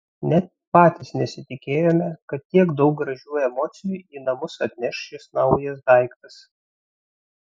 net patys nesitikėjome kad tiek daug gražių emocijų į namus atneš šis naujas daiktas